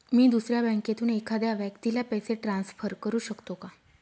मी दुसऱ्या बँकेतून एखाद्या व्यक्ती ला पैसे ट्रान्सफर करु शकतो का?